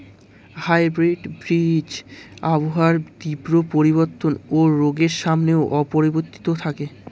hybrid বীজ আবহাওয়ার তীব্র পরিবর্তন ও রোগের সামনেও অপরিবর্তিত থাকে